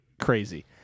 crazy